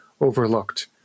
overlooked